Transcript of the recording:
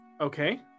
okay